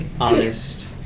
honest